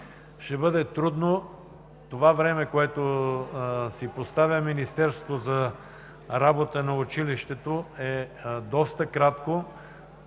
Ще бъде трудно – времето, което си поставя Министерството за работа на училището, е доста кратко.